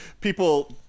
people